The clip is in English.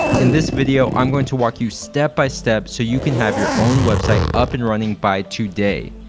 in this video, i'm going to walk you step by step, so you can have your own website up and running by today!